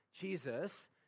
Jesus